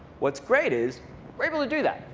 what's great is we're able to do that.